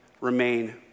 remain